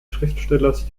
schriftstellers